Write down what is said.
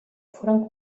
foren